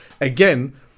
again